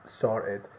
sorted